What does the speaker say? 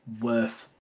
worth